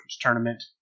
tournament